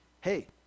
hey